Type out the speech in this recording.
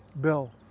Bill